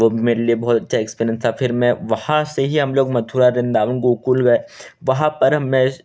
वो मेरे लिए बहुत अच्छा एक्सपेनेन्स था फिर मैं वहाँ से ही हम लोग मथुरा वृंदावन गोकुल गए वहाँ पर मैं